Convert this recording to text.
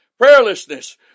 Prayerlessness